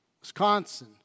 Wisconsin